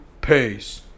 peace